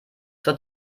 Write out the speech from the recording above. zur